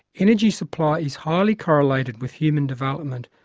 energy supply is highly correlated with human development,